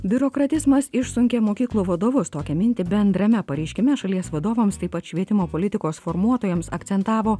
biurokratizmas išsunkė mokyklų vadovus tokią mintį bendrame pareiškime šalies vadovams taip pat švietimo politikos formuotojams akcentavo